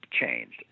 changed